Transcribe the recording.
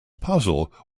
puzzle